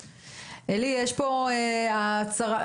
אוקיי עכשיו אני צריך לעבוד על עשרה אנשים,